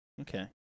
Okay